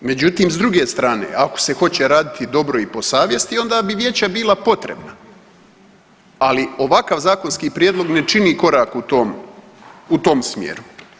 Međutim, s druge strane, ako se hoće raditi dobro i po savjesti, onda bi vijeća bila potrebna, ali ovakav zakonski prijedlog ne čini korak u tom smjeru.